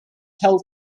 health